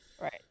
Right